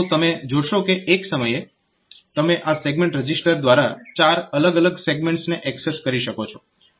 તો તમે જોશો કે એક સમયે તમે આ સેગમેન્ટ રજીસ્ટર દ્વારા ચાર અલગ અલગ સેગમેન્ટ્સને એક્સેસ કરી શકો છો